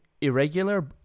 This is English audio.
irregular